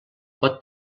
pot